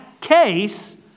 case